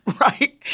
right